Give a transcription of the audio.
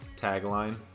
tagline